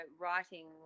writing